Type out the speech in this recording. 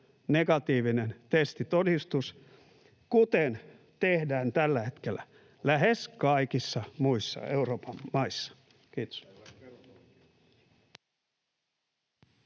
negatiivinen testitodistus, kuten tehdään tällä hetkellä lähes kaikissa muissa Euroopan maissa? — Kiitos.